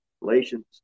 Galatians